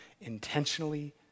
intentionally